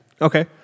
Okay